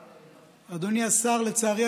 לצערי,